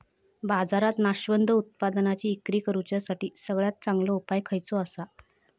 बाजारात नाशवंत उत्पादनांची इक्री करुच्यासाठी सगळ्यात चांगलो उपाय खयचो आसा?